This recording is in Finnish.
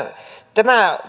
tämä